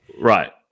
Right